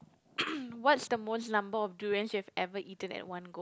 what's the most number of durians you have ever eaten at one go